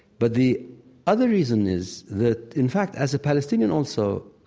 but the other reason is that, in fact, as a palestinian also,